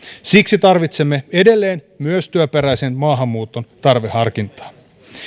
siksi tarvitsemme edelleen myös työperäisen maahanmuuton tarveharkintaa